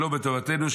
שלא בטובותינו,